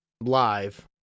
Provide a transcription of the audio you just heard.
live